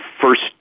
first